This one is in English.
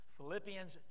Philippians